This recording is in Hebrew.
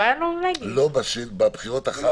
לא היה --- בבחירות אחר כך.